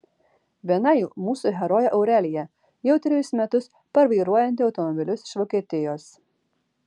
viena jų mūsų herojė aurelija jau trejus metus parvairuojanti automobilius iš vokietijos